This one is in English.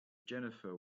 jennifer